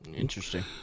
Interesting